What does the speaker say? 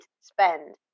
spend